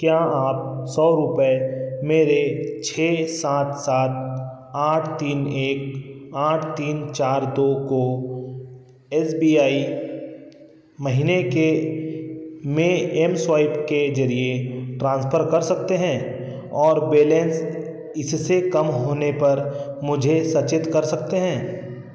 क्या आप सौ रुपये मेरे छः सात सात आठ तीन एक आठ तीन चार दो को एस बी आई महीने के में एम स्वाइप के ज़रिए ट्रांसफ़र कर सकते हैं और बैलेंस इससे कम होने पर मुझे सचेत कर सकते हैं